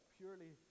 purely